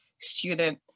student